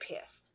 pissed